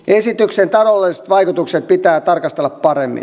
esityksen taloudelliset vaikutukset pitää tarkastella paremmin